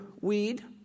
weed